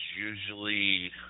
usually